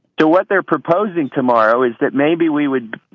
so what they're proposing tomorrow is that maybe we would